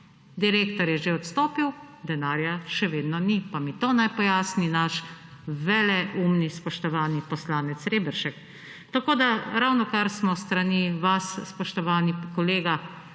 Direktor je že odstopil, denarja še vedno ni. Pa mi to naj pojasni naš veleumni spoštovani poslanec Reberšek. Tako, da ravnokar smo s strani vas, spoštovani kolega,